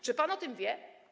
Czy pan o tym wie?